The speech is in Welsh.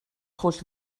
holl